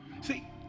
See